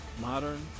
modern